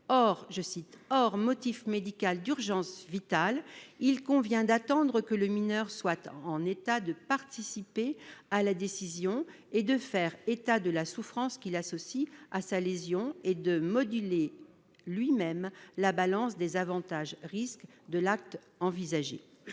rappelle, hors motif médical d'urgence vitale, « il convient d'attendre que le mineur soit en état de participer à la décision, et notamment de faire état de la souffrance qu'il associe à sa lésion et de moduler lui-même la balance avantage-risque de l'acte envisagé ».